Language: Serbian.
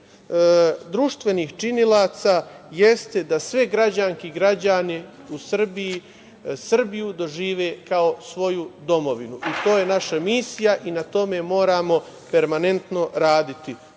društvenih činilaca, jeste da sve građanke i građani u Srbiji, Srbiju dožive kao svoju domovinu. To je naša misija i na tome moramo permanentno raditi.